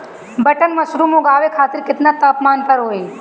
Button mushroom उगावे खातिर केतना तापमान पर होई?